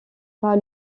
pas